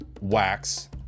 wax